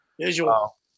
Visual